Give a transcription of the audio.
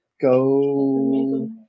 go